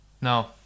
No